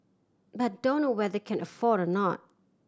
but dunno whether can afford or not